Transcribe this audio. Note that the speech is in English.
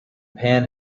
pan